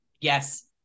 Yes